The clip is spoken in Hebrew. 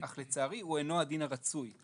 "אך לצערי הוא אינו הדין רצוי.